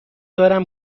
دارم